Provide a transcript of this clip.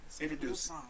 Introduce